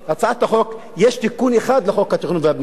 יש תיקון אחד לחוק התכנון והבנייה,